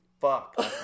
fuck